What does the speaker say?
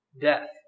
Death